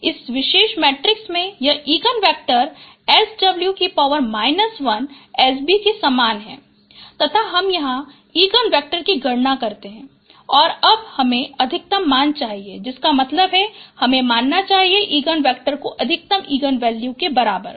इस विशेष मैट्रिक्स में यह इगन वेक्टर के 𝑆𝑊−1𝑆𝐵 के सामान है तथा हम यहाँ इगन वेक्टर की गणना करते है और अब हमें अधिकतम मान चाहिए जिसका मतलब है कि हमें मानना चाहिए इगन वेक्टर को अधिकतम इगन वैल्यू के बराबर